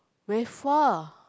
very far